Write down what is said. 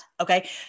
Okay